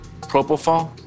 propofol